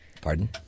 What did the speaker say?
Pardon